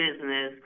business